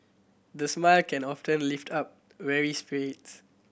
the smile can often lift up weary spirits